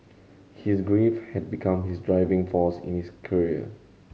his grief had become his driving force in his career